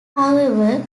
however